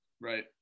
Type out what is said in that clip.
Right